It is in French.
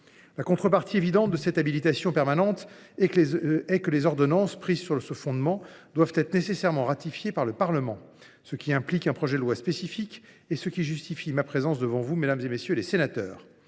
La contrepartie évidente de cette habilitation permanente est que les ordonnances prises sur ce fondement doivent être nécessairement ratifiées par le Parlement, ce qui implique un projet de loi spécifique et justifie ma présence devant vous cet après midi. En effet,